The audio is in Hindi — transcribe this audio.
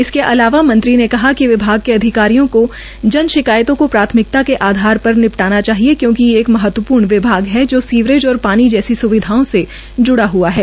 इसके अलावा मंत्री ने कहा कि विभाग के अधिकारियों को जन शिकायतों को प्राथमिकता के आधार पर निपटाना चाहिए क्योकि ये एक महत्वपूर्ण विभाग है जो सीवरेज और और पानी जैसी सुविधाओं से जुड़ा हआ है